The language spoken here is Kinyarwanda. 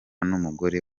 n’umugore